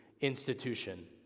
institution